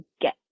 get